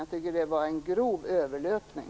Jag tycker att han gjorde en grov överlöpning.